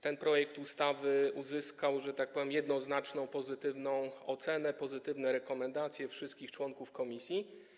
Ten projekt ustawy uzyskał, że tak powiem, jednoznaczną pozytywną ocenę, pozytywne rekomendacje wszystkich członków komisji.